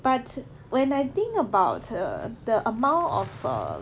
but when I think about err the amount of err